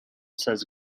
says